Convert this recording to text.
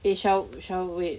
eh shall shall wait